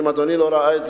ואם אדוני לא ראה את זה,